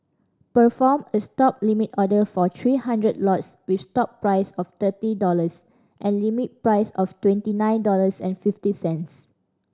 perform a Stop limit order for three hundred lots with stop price of thirty dollars and limit price of twenty nine dollars and fifty cents